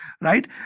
right